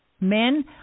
Men